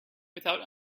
without